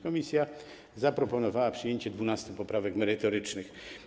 Komisja zaproponowała przyjęcie 12 poprawek merytorycznych.